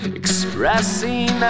expressing